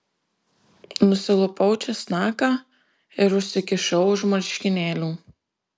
nusilupau česnaką ir užsikišau už marškinėlių